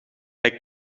hij